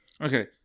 Okay